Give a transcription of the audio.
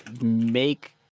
make